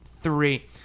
Three